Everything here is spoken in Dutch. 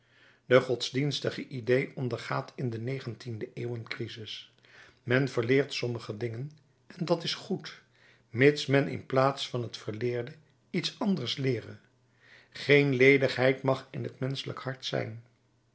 de godsdienstige idée ondergaat in de negentiende eeuw een crisis men verleert sommige dingen en dat is goed mits men in plaats van t verleerde iets anders leere geen ledigheid mag in t menschelijk hart zijn